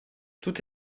tout